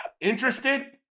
Interested